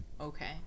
Okay